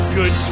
Good